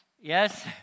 Yes